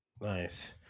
Nice